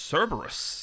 Cerberus